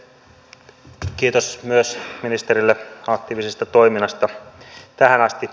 kiitos myös ministerille aktiivisesta toiminnasta tähän asti